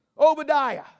Obadiah